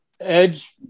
Edge